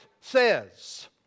says